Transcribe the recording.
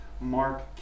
Mark